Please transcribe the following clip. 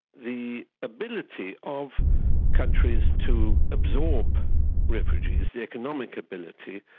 the ability of countries to absorb refugees, the economic ability,